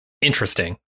interesting